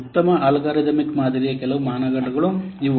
ಉತ್ತಮ ಅಲ್ಗಾರಿದಮಿಕ್ ಮಾದರಿಯ ಕೆಲವು ಮಾನದಂಡಗಳು ಇವು